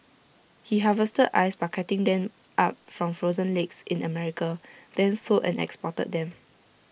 he harvested ice by cutting them up from frozen lakes in America then sold and exported them